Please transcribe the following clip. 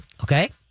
Okay